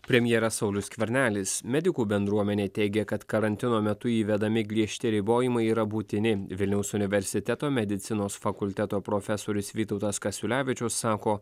premjeras saulius skvernelis medikų bendruomenė teigė kad karantino metu įvedami griežti ribojimai yra būtini vilniaus universiteto medicinos fakulteto profesorius vytautas kasiulevičius sako